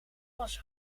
was